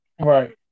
right